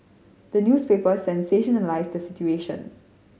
the newspapers sensationalise the situation